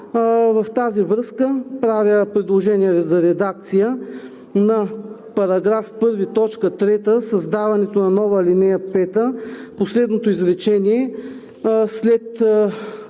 В тази връзка правя предложение за редакция на § 1, т. 3 за създаването на нова ал. 5, в последното изречение, след